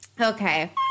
Okay